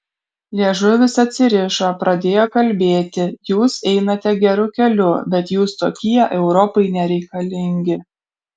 liežuvis atsirišo pradėjo kalbėti jūs einate geru keliu bet jūs tokie europai nereikalingi